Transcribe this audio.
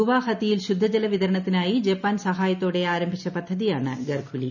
ഗുവാഹത്തിയിൽ ശുദ്ധജല വിതരണത്തിനായി ജപ്പാൻ സഹായത്തോടെ ആരംഭിച്ച പദ്ധതിയാണ് ഖർഘൂലി